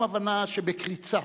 גם הבנה שבקריצה,